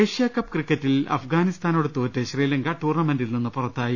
Asia Cup ക്രിക്കറ്റിൽ അഫ്ഗാനിസ്ഥാനോട് തോറ്റ് ശ്രീലങ്ക ടൂർണമെന്റിൽ നിന്ന് പുറത്തായി